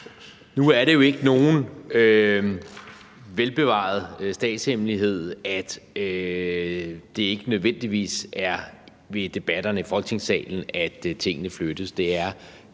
Nu er det jo ikke nogen velbevaret statshemmelighed, at det ikke nødvendigvis er ved debatterne i Folketingssalen, tingene flyttes,